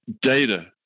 data